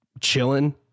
chilling